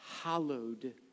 hallowed